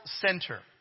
center